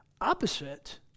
Opposite